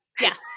yes